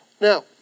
Now